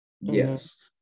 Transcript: Yes